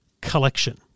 collection